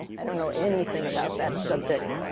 i don't know anything about that subject.